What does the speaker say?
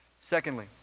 Secondly